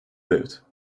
lived